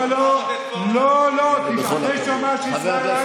לא, לא, אחרי שהוא אמר שישראל אייכלר,